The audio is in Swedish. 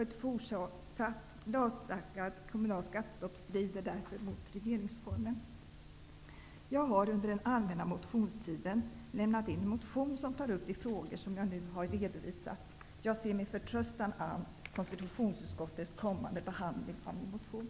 Ett fortsatt lagstadgat kommunalt skattestopp strider därför mot regeringsformen. Jag har under den allmänna motionstiden lämnat in en motion som tar upp de frågor som jag nu har redovisat. Jag ser med förtröstan an konstitutionsutskottets kommande behandling av min motion.